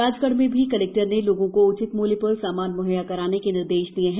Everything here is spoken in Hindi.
राजगढ़ में भी कलेक्टर ने लोगों को उचित मुल्य पर सामान मुहक्षा कराने के निर्देश दिए हैं